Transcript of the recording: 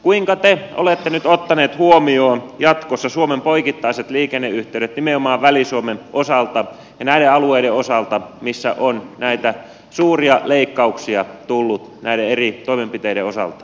kuinka te olette nyt ottanut huomioon jatkossa suomen poikittaiset liikenneyhteydet nimenomaan väli suomen osalta ja näiden alueiden osalta missä on suuria leikkauksia tullut näiden eri toimenpiteiden osalta